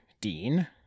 Dean